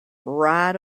right